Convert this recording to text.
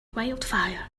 wildfire